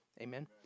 Amen